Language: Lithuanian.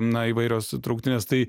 na įvairios trauktinės tai